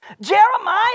Jeremiah